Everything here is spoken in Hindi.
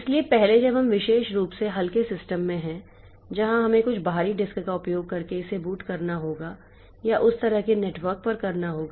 इसलिए पहले जब हम विशेष रूप से हल्के सिस्टम में हैं जहां हमें कुछ बाहरी डिस्क का उपयोग करके इसे बूट करना होगा या उस तरह के नेटवर्क पर करना होगा